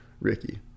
Ricky